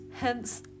hence